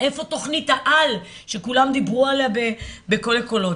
איפה תכנית העל שכולם דיברו עליה בקולי קולות,